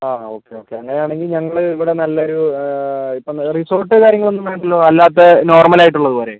ആ okay okay അങ്ങനെ ആണെങ്കിൽ ഞങ്ങൾ ഇവിടെ നല്ലൊരു ഇപ്പം റിസോർട്ട് കാര്യങ്ങൾ ഒന്നും വേണ്ടല്ലോ അല്ലാതെ നോർമൽ ആയിട്ടുള്ളത് പോരെ